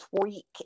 tweak